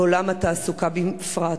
בעולם התעסוקה בפרט: